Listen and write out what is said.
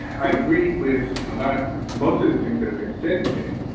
i agree with ah like most of the things that have been said today,